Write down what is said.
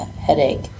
headache